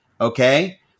Okay